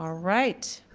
ah right,